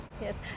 Yes